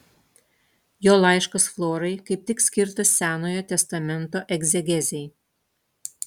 jo laiškas florai kaip tik skirtas senojo testamento egzegezei